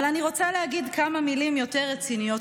אבל אני רוצה להגיד כמה מילים יותר רציניות,